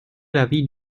l’avis